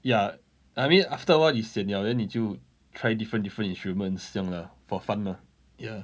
ya I mean after awhile you sian liao then 你就 try different different instruments 这样 lah for fun lah ya